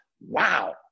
wow